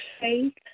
faith